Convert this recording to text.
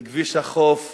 בכביש החוף רבים,